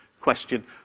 question